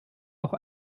auch